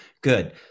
Good